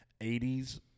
80s